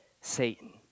Satan